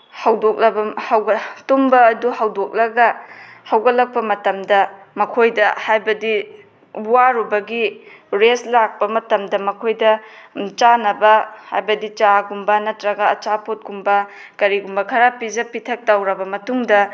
ꯇꯨꯝꯕ ꯑꯗꯨ ꯍꯧꯗꯣꯛꯂꯒ ꯍꯧꯒꯠꯂꯛꯄ ꯃꯇꯝꯗ ꯃꯈꯣꯏꯗ ꯍꯥꯏꯕꯗꯤ ꯋꯥꯔꯨꯕꯒꯤ ꯔꯦꯁ ꯂꯥꯛꯄ ꯃꯇꯝꯗ ꯃꯈꯣꯏꯗ ꯆꯥꯅꯕ ꯍꯥꯏꯕꯗꯤ ꯆꯥꯒꯨꯝꯕ ꯅꯠꯇ꯭ꯔꯒ ꯑꯆꯥꯄꯣꯠꯀꯨꯝꯕ ꯀꯔꯤꯒꯨꯝꯕ ꯈꯔ ꯄꯤꯖ ꯄꯤꯊꯛ ꯇꯧꯔꯕ ꯃꯇꯨꯡꯗ